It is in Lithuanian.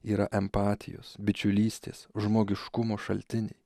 yra empatijos bičiulystės žmogiškumo šaltiniai